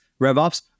RevOps